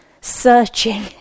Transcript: searching